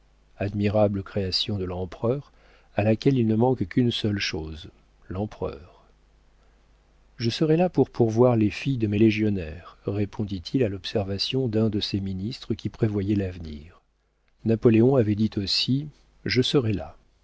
admirable création de l'empereur à laquelle il ne manque qu'une seule chose l'empereur je serai là pour pourvoir les filles de mes légionnaires répondit-il à l'observation d'un de ses ministres qui prévoyait l'avenir napoléon avait dit aussi je serai là